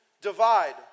divide